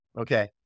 Okay